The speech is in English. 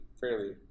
fairly